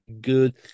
good